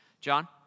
John